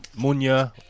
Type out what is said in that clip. Munya